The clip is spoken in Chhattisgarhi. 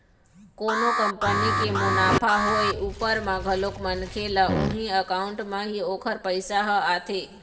कोनो कंपनी के मुनाफा होय उपर म घलोक मनखे ल उही अकाउंट म ही ओखर पइसा ह आथे